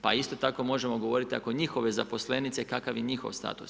Pa isto tako možemo govoriti ako njihove zaposlenice kakav je njihov status.